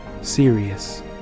serious